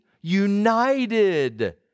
united